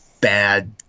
bad